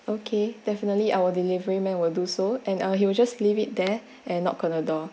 okay definitely our delivery man will do so and uh he will just leave it there and knock on the door